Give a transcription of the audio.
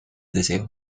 deseo